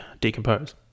decompose